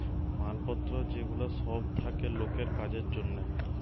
মাল পত্র যে গুলা সব থাকে লোকের কাজের জন্যে